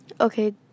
Okay